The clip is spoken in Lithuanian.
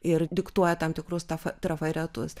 ir diktuoja tam tikrus tafe trafaretus